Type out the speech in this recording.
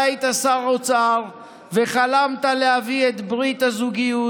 גם אתה היית שר האוצר וחלמת להביא את ברית הזוגיות,